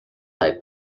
type